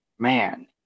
Man